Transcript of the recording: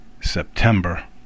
September